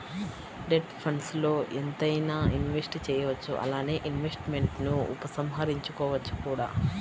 debt ఫండ్స్ల్లో ఎంతైనా invest చేయవచ్చు అలానే ఇన్వెస్ట్మెంట్స్ను ఉపసంహరించుకోవచ్చు కూడా